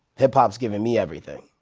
hip hop's given me everything,